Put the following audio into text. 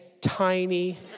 tiny